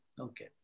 Okay